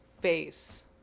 face